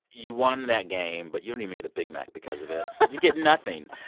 you won that game. but you don't even get a big mac because of it. you get nothing.